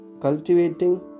cultivating